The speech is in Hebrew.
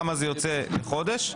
כמה זה יוצא בחודש.